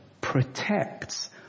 protects